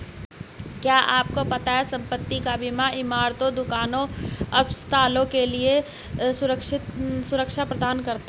क्या आपको पता है संपत्ति का बीमा इमारतों, दुकानों, अस्पतालों के लिए सुरक्षा प्रदान करता है?